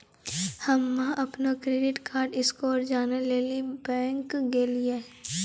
हम्म अपनो credit card score जानै लेली बैंक गेलियै